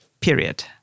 period